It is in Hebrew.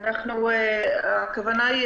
הכוונה היא